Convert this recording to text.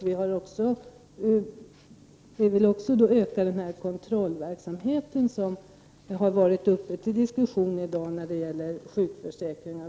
Vi vill också öka kontrollverksamheten som varit uppe till diskussion i dag.